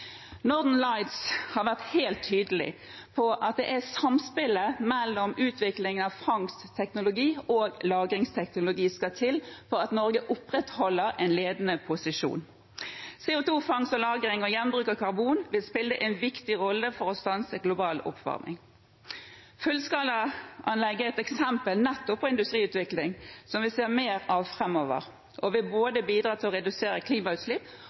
Lights har vært helt tydelig på at det er samspillet mellom utvikling av fangstteknologi og lagringsteknologi som skal til for at Norge opprettholder en ledende posisjon. CO 2 -fangst og -lagring og gjenbruk av karbon vil spille en viktig rolle i å stanse global oppvarming. Fullskalaanlegg er et eksempel på industriutvikling som vi